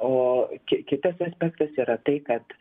o ki kitas aspektas yra tai kad